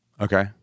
Okay